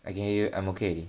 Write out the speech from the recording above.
I can hear you I'm okay already